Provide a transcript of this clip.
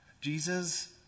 Jesus